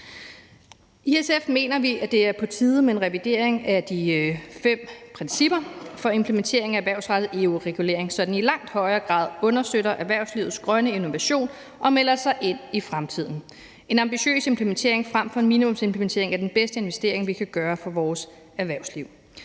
I SF mener vi, at det er på tide med en revidering af de fem principper for implementering af erhvervsrettet EU-regulering, så den i langt højere grad understøtter erhvervslivets grønne innovation og melder sig ind i fremtiden. En ambitiøs implementering frem for en minimumsimplementering af den bedste investering, vi kan gøre for vores erhvervsliv.